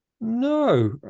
no